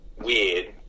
weird